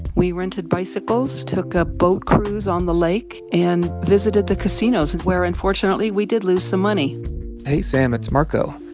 we rented bicycles, took a boat cruise on the lake and visited the casinos where unfortunately we did lose some money hey, sam, it's marco.